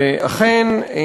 אכן,